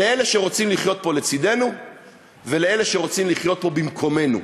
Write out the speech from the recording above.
לאלה שרוצים לחיות פה לצדנו ולאלה שרוצים לחיות פה במקומנו,